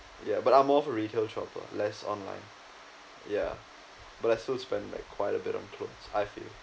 ya but I'm more of a retail shopper less online ya but I still spend like quite a bit on clothes I feel